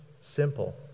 simple